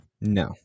No